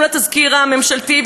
מול תזכיר החוק הממשלתי,